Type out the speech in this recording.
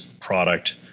product